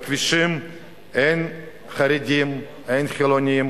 בכבישים אין חרדים, אין חילונים,